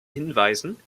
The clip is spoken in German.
hinweisen